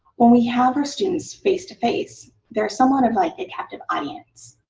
when we have our students face-to-face, they're somewhat of like a captive audience.